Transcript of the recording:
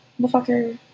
Motherfucker